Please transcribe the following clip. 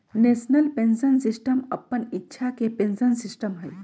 national pension system अप्पन इच्छा के पेंशन सिस्टम हइ